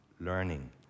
learning